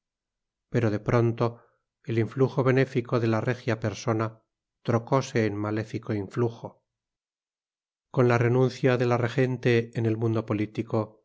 pero de pronto el influjo benéfico de la regia persona trocose en maléfico influjo con la renuncia de la regente en el mundo político